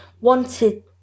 wanted